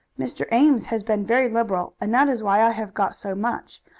mr. ames has been very liberal, and that is why i have got so much.